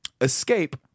Escape